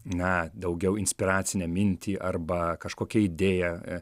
na daugiau inspiracinę mintį arba kažkokią idėją